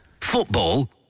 Football